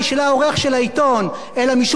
אלא משום שכך ייטב לעיתון,